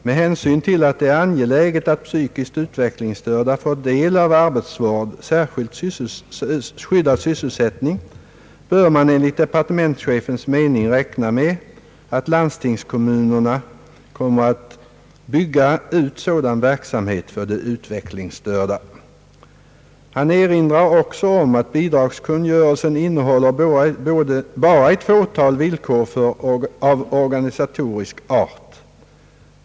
Med hänsyn till att det är angeläget att psykiskt utvecklingsstörda får del av arbetsvård, särskilt skyddad sysselsättning, bör man enligt departementschefens mening räkna med att landstingskommunerna kommer att bygga ut sådan verksamhet för de utvecklingsstörda. Han erinrar också om att bidragskungörelsen innehåller bara ett fåtal villkor av organisatorisk art.